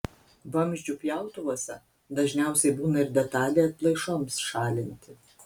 vamzdžių pjautuvuose dažniausiai būna ir detalė atplaišoms šalinti